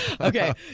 Okay